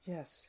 Yes